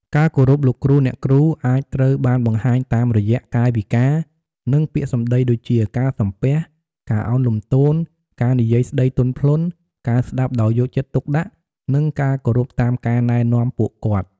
ការគោរពលោកគ្រូ អ្នកគ្រូ អាចត្រូវបានបង្ហាញតាមរយៈកាយវិការ និងពាក្យសម្ដីដូចជា ការសំពះ ការឱនលំទោន ការនិយាយស្តីទន់ភ្លន់ ការស្ដាប់ដោយយកចិត្តទុកដាក់ និងការគោរពតាមការណែនាំពួកគាត់។